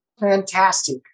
fantastic